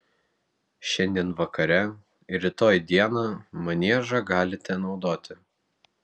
šiandien vakare ir rytoj dieną maniežą galite naudoti